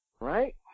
right